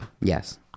Yes